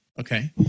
Okay